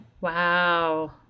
Wow